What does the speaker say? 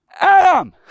Adam